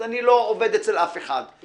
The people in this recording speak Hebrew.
אז אני לא עובד אצל אף אחד.